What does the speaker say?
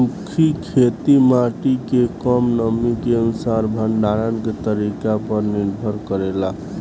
सूखी खेती माटी के कम नमी के अनुसार भंडारण के तरीका पर निर्भर करेला